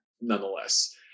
Nonetheless